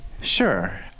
sure